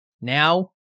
now